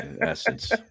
essence